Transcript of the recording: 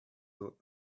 thought